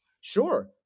Sure